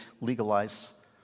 legalize